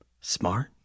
Smart